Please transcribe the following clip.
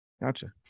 Gotcha